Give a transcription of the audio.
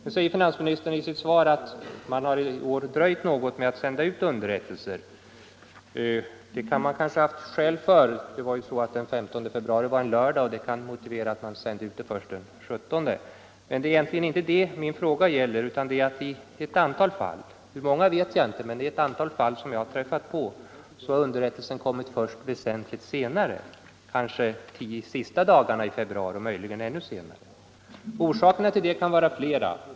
Nu säger finansministern i sitt svar att man i år har dröjt något med att sända ut underrättelser. Det kan man kanske ha haft skäl för. Den 15 februari var en lördag, och det kan motivera att man sände ut meddelandena först den 17 februari. Men det är egentligen inte det min fråga gäller. I ett antal fall — hur många vet jag inte, men det är några fall som jag träffat på — har underrättelsen kommit först väsentligt senare, under de tio sista dagarna i februari och möjligen ännu senare. Orsakerna till detta kan vara flera.